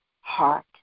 heart